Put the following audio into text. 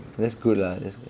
that's good lah that's good